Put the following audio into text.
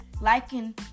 liking